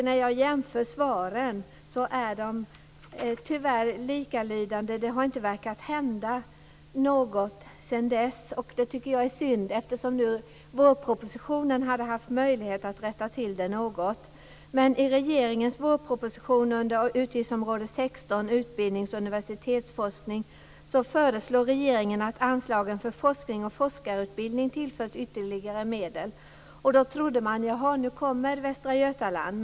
När jag jämför svaren finner jag att de tyvärr är likalydande. Det har inte verkat hända något sedan dess. Det tycker jag är synd, eftersom vårpropositionen hade haft möjlighet att rätta till detta något. 16, Utbildning och universitetsforskning, föreslår regeringen att anslagen för forskning och forskarutbildning tillförs ytterligare medel. Då trodde man: Jaha, nu kommer Västra Götaland.